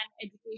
education